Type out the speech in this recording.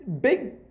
Big